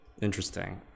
Interesting